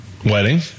Wedding